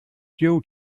due